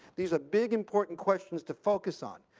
these are big important questions to focus on,